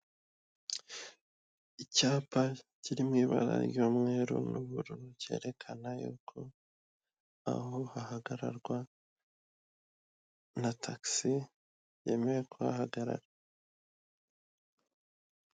Icyapa kiri mu ibara ry'umweru n'ubururu cyerekana yuko aho hahagararwa, na tagisi yemewe kuhahagarara.